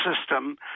system